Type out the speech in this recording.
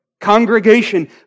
congregation